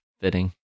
fitting